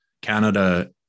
Canada